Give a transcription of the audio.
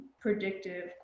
predictive